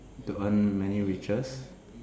to earn many riches